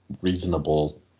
reasonable